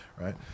right